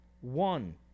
one